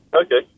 Okay